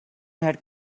had